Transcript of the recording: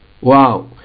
Wow